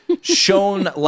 shown